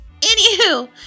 Anywho